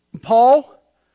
Paul